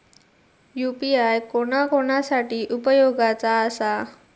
UPI कोणा कोणा साठी उपयोगाचा आसा?